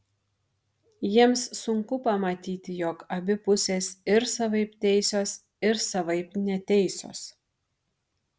jiems sunku pamatyti jog abi pusės ir savaip teisios ir savaip neteisios